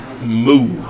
move